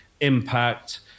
impact